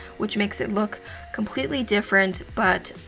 which makes it look completely different. but,